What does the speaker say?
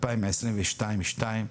2022 שניים.